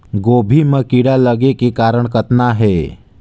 गोभी म कीड़ा लगे के कारण कतना हे?